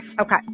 Okay